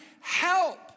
help